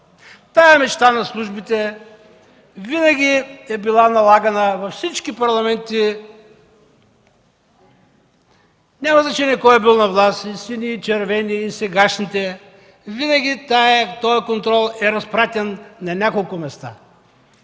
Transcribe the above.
Тази мечта на службите винаги е била налагана във всички парламенти, няма значение кой е бил на власт – и сини, и червени, и сегашните. Винаги този контрол е разпратен на няколко места.